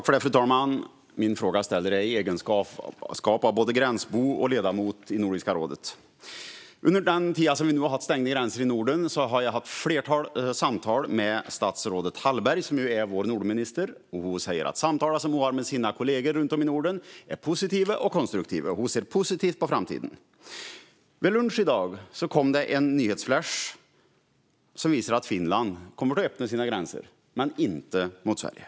Fru talman! Jag ställer min fråga i egenskap av både gränsbo och ledamot i Nordiska rådet. Under den tid då vi har haft stängda gränser i Norden har jag haft ett flertal samtal med statsrådet Hallberg, som är vår Nordenminister. Hon säger att samtalen som hon har med sina kollegor runt om i Norden är positiva och konstruktiva. Hon ser positivt på framtiden. Vid lunch i dag kom det en nyhetsflash som visade att Finland kommer att öppna sina gränser, men inte mot Sverige.